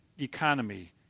economy